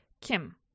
Kim